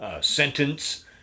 sentence